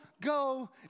go